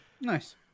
Nice